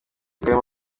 karimo